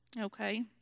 Okay